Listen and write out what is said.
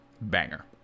banger